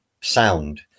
sound